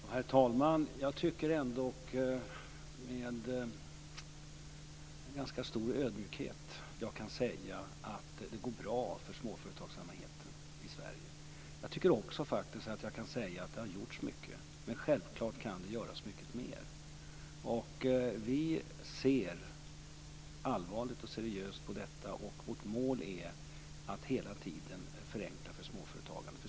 Herr talman! Jag tycker ändock, med en ganska stor ödmjukhet, att jag kan säga att det går bra för småföretagsamheten i Sverige. Jag tycker också att jag kan säga att det har gjorts mycket. Men självklart kan det göras mycket mer. Vi ser allvarligt och seriöst på detta. Vårt mål är att hela tiden förenkla för småföretagandet.